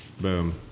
Boom